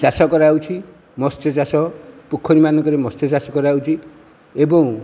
ଚାଷ କରାଯାଉଛି ମତ୍ସ୍ୟ ଚାଷ ପୋଖରୀ ମାନଙ୍କରେ ମତ୍ସ୍ୟଚାଷ କରାଯାଉଛି ଏବଂ